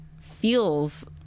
feels